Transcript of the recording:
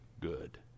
good